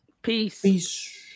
Peace